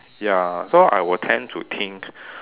ya so I will tend to think